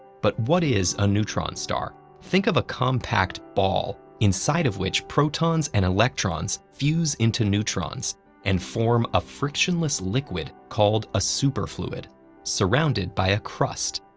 but what is a neutron star? think of a compact ball inside of which protons and electrons fuse into neutrons and form a frictionless liquid called a superfluid surrounded by a crust.